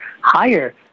higher